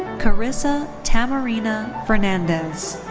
carissa tamarina fernandez.